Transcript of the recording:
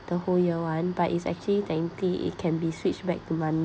the whole year one but it's actually thankfully it can be switched back to money